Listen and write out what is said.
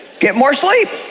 get more sleep.